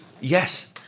Yes